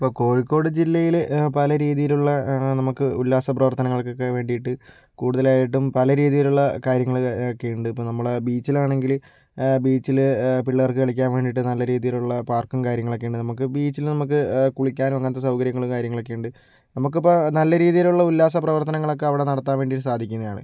ഇപ്പോൾ കോഴിക്കോട് ജില്ലയിൽ പല രീതിയിലുള്ള നമുക്ക് ഉല്ലാസ പ്രവർത്തനങ്ങൾക്കൊക്കെ വേണ്ടിയിട്ട് കൂടുതലായിട്ടും പല രീതിയിലുള്ള കാര്യങ്ങൾ ഒക്കെയുണ്ട് ഇപ്പോൾ നമ്മൾ ബീച്ചിലാണെങ്കിൽ ബീച്ചിൽ പിള്ളേർക്ക് കളിക്കാൻ വേണ്ടിയിട്ട് നല്ല രീതിയിലുള്ള പാർക്കും കാര്യങ്ങളൊക്കെ ഉണ്ട് നമുക്ക് ബീച്ചിൽ നമുക്ക് കുളിക്കാനും അങ്ങനത്തെ സൗകര്യങ്ങളും കാര്യങ്ങളൊക്കെ ഉണ്ട് നമുക്ക് ഇപ്പോൾ നല്ല രീതിയിലുള്ള ഉല്ലാസ പ്രവർത്തനങ്ങളൊക്കെ അവിടെ നടത്താൻ വേണ്ടി സാധിക്കുന്നതാണ്